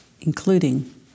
including